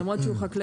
למרות שהוא חקלאי,